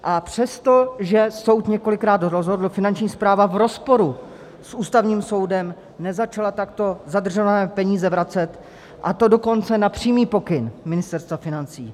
A přesto, že soud několikrát rozhodl, Finanční správa v rozporu s Ústavním soudem nezačala takto zadržované peníze vracet, a to dokonce na přímý pokyn Ministerstva financí.